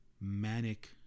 manic